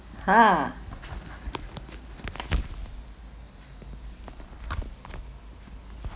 ha